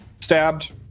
stabbed